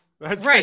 Right